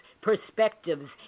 perspectives